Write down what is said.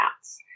cats